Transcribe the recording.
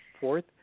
fourth